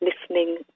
listening